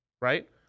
Right